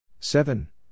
Seven